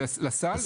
לסל,